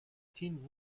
tin